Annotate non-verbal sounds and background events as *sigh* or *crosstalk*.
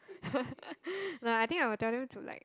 *laughs* no I think I will tell them to like